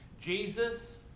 Jesus